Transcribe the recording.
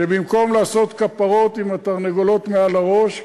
שבמקום לעשות כפרות עם התרנגולות מעל הראש,